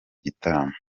gitaramo